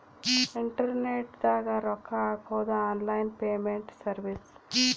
internet ದಾಗ ರೊಕ್ಕ ಹಾಕೊದು ಆನ್ಲೈನ್ ಪೇಮೆಂಟ್ ಸರ್ವಿಸ್